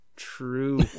True